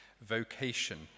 vocation